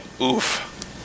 Oof